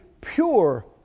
pure